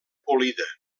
polida